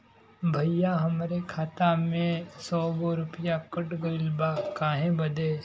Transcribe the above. भईया हमरे खाता में से सौ गो रूपया कट गईल बा काहे बदे?